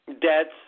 debts